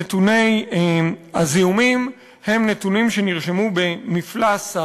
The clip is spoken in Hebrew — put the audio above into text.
נתוני הזיהומים הם נתונים שנרשמו במפל"ס,